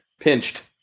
pinched